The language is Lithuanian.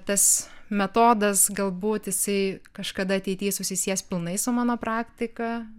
tas metodas galbūt jisai kažkada ateity susisies pilnai su mano praktika